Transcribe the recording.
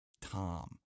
Tom